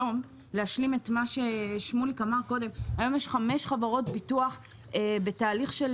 היום יש חמש חברות ביטוח בתהליך של